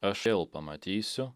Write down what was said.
aš vėl pamatysiu